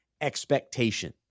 expectation